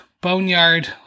boneyard